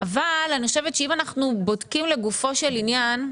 אבל אני חושבת שאם אנחנו בודקים לגופו של עניין,